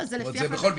זה בכל מקרה.